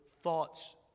thoughts